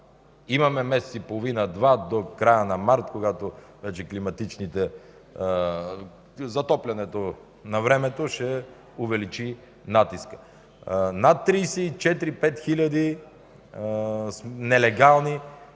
Имаме месец и половина-два до края на март, когато затоплянето на времето ще увеличи натиска. Над 34-35 хиляди нелегални